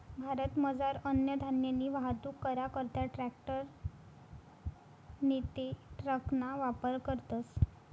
भारतमझार अन्नधान्यनी वाहतूक करा करता ट्रॅकटर नैते ट्रकना वापर करतस